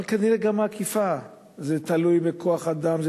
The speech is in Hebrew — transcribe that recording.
אבל האכיפה תלויה בכוח-אדם,